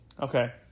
Okay